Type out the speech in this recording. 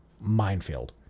minefield